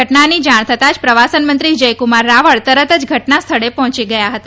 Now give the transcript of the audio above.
ઘટનાની જાણ થતાં જ પ્રવાસન મંત્રી જયકુમાર રાવળ તરત જ ઘટનાસ્થળે પહોંચી ગયા હતા